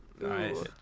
Nice